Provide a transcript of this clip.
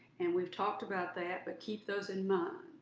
and we've talked about that, but keep those in mind.